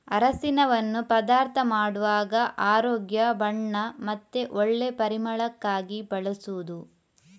ಅರಸಿನವನ್ನ ಪದಾರ್ಥ ಮಾಡುವಾಗ ಆರೋಗ್ಯ, ಬಣ್ಣ ಮತ್ತೆ ಒಳ್ಳೆ ಪರಿಮಳಕ್ಕಾಗಿ ಬಳಸುದು